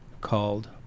called